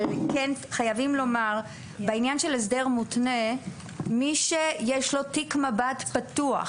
לגבי הסדר מותנה חייבים לומר שלמי שיש תיק מב"ד פתוח,